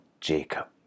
Jacob